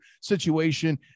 situation